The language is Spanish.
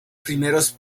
primeros